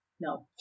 No